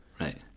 right